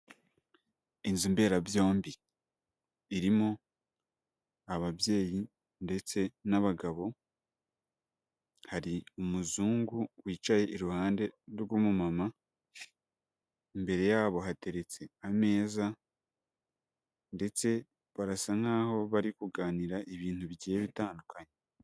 Inzu mberabyombi, irimo ababyeyi ndetse n'abagabo, hari umuzungu wicaye iruhande rw'umumama, imbere yabo hateretse ameza ndetse barasa nkaho bari kuganira ibintu bigiye bitandukanye.